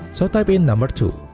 so type in number two